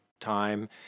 time